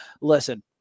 Listen